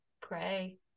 pray